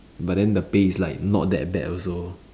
but then the pay is like not that bad also